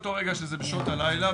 מאותו רגע שזה בשעות הלילה,